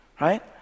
Right